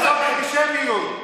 אנטישמיות.